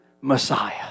messiah